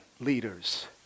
leaders